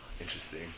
Interesting